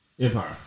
Empire